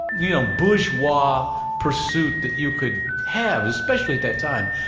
you know, bourgeois pursuit that you could have, especially that time.